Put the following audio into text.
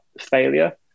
failure